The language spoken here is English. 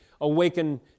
awaken